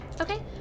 Okay